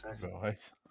Right